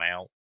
out